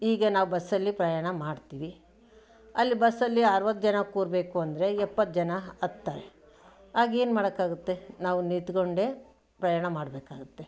ಈಗ ನಾವು ಬಸ್ಸಲ್ಲಿ ಪ್ರಯಾಣ ಮಾಡ್ತೀವಿ ಅಲ್ಲಿ ಬಸ್ಸಲ್ಲಿ ಅರವತ್ತು ಜನ ಕೂರ್ಬೇಕು ಅಂದರೆ ಎಪ್ಪತ್ತು ಜನ ಹತ್ತಾರೆ ಆಗ ಏನ್ಮಾಡೋಕ್ಕಾಗತ್ತೆ ನಾವು ನಿತ್ಕೊಂಡೇ ಪ್ರಯಾಣ ಮಾಡಬೇಕಾಗತ್ತೆ